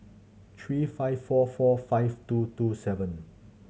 three five four four five two two seven